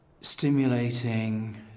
stimulating